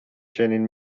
چنین